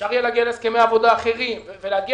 אפשר יהיה להגיע להסכמי עבודה אחרים ולהגיע